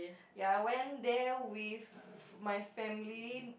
ya I went there with my family